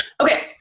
okay